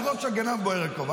על ראש הגנב בוער הכובע.